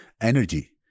energy